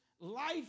life